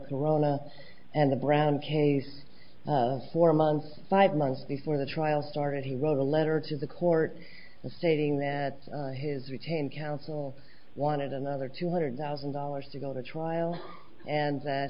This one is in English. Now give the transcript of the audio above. corona and the brown case four months five months before the trial started he wrote a letter to the court stating that his retained counsel wanted another two hundred thousand dollars to go to trial and that